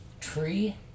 Tree